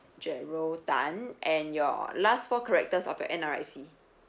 gerald tan and your last four characters of your N_R_I_C